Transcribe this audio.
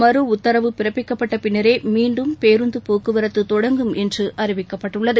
மறுஉத்தரவு பிறப்பிக்கப்பட்ட பின்னரே மீண்டும் பேருந்து போக்குவரத்து தொடங்கும் என்று அறிவிக்கப்பட்டுள்ளது